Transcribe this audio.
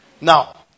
Now